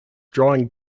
drawing